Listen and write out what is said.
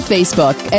Facebook